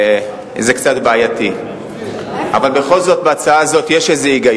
וילדות, בהחלט אני רואה בזה חשיבות רבה.